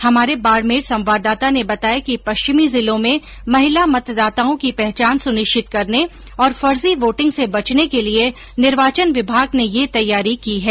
हमारे बाड़मेर संवाददाता ने बताया कि पश्चिमी जिलों में महिला मतदाताओं की पहचान सुनिश्चित करने और फर्जी वोटिंग से बचने के लिए निर्वाचन विभाग ने यह तैयारी की है